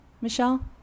Michelle